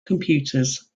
computers